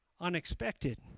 unexpected